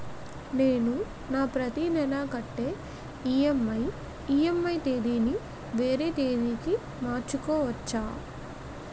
నేను నా ప్రతి నెల కట్టే ఈ.ఎం.ఐ ఈ.ఎం.ఐ తేదీ ని వేరే తేదీ కి మార్చుకోవచ్చా?